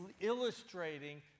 illustrating